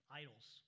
idols